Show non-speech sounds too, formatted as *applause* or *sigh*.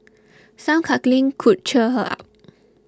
*noise* some cuddling could cheer her up *noise*